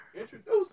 Introduce